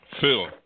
Phil